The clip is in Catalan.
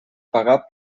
pagar